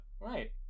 right